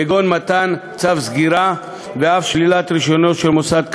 כגון מתן צו סגירה ואף שלילת רישיונו של מוסד כאמור.